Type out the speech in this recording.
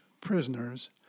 prisoners